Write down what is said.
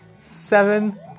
seven